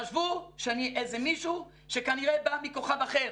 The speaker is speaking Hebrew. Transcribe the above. חשבו שאני איזה מישהו שכנראה בא מכוכב אחר.